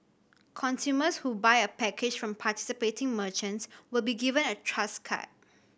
consumers who buy a package from participating merchants will be given a Trust card